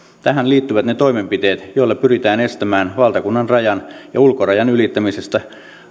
tähän liittyvät ne toimenpiteet joilla pyritään estämään valtakunnan rajan ja ulkorajan ylittämisestä